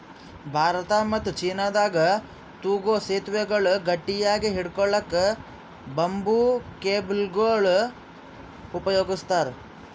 ಭಾರತ ಮತ್ತ್ ಚೀನಾದಾಗ್ ತೂಗೂ ಸೆತುವೆಗಳ್ ಗಟ್ಟಿಯಾಗ್ ಹಿಡ್ಕೊಳಕ್ಕ್ ಬಂಬೂ ಕೇಬಲ್ಗೊಳ್ ಉಪಯೋಗಸ್ತಾರ್